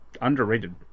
underrated